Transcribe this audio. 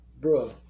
bro